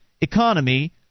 economy